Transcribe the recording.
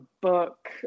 book